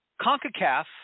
CONCACAF